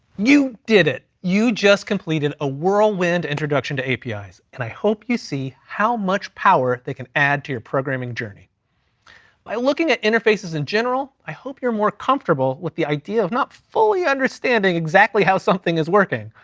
you did it. you just completed a whirlwind introduction to apis, and i hope you see how much power they can add to your programming journey by looking at interfaces in general. i hope you're more comfortable with the idea of not fully understanding exactly how something is working,